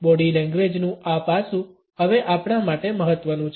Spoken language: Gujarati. બોડી લેંગ્વેજનું આ પાસું હવે આપણા માટે મહત્વનું છે